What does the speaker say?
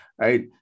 Right